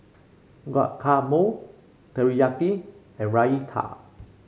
Guacamole Teriyaki and Raita